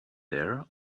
there